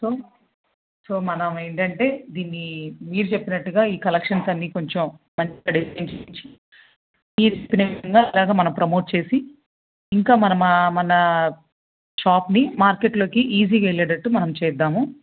so సో మనం ఏంటంటే దీన్ని మీరు చెప్పినట్టుగా ఈ కలెక్షన్స్ అన్నీ కొంచెం మనం మంచి ప్రైస్కి ఇచ్చి తీసుకునే విధంగా మనం ప్రమోట్ చేసి ఇంకా మనం మా మన షాప్ని మార్కెట్లోకి ఈజీగా వెళ్ళేటట్టు మనం చేద్దాము